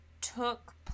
took